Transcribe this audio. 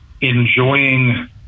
enjoying